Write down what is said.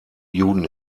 juden